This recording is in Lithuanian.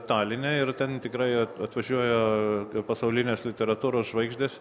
taline ir ten tikrai atvažiuoja pasaulinės literatūros žvaigždes